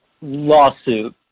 lawsuit